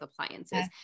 appliances